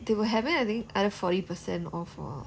they were having I think either forty percent off or